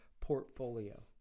portfolio